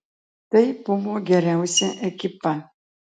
tai buvo geriausia ekipa